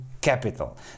capital